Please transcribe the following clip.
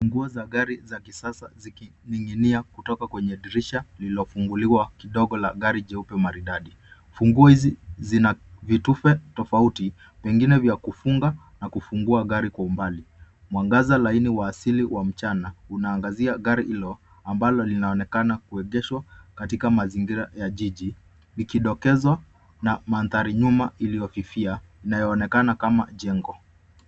Funguo za gari zaking'inia kutoka kwenye dirisha lililofunguliwa kidogo la gari la GOP Maridadi. Funguo hizo zina vitufe tofauti, pengine vya kufunga na kufungua gari kwa mbali. Mwangaza wa asili wa mchana unang’aza gari hilo ambalo linaonekana limeegeshwa katika mazingira ya jiji. Kuna kidokezo cha mandhari ya nyuma iliyofifia, inayoonekana kama jengo.